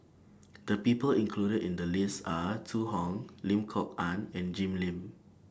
The People included in The list Are Zhu Hong Lim Kok Ann and Jim Lim